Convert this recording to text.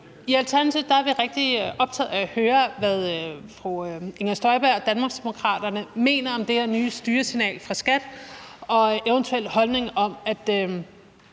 i Alternativet er vi rigtig optaget af at høre, hvad fru Inger Støjberg og Danmarksdemokraterne mener om det her nye styresignal fra skattemyndighederne, og